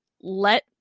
let